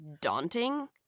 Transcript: daunting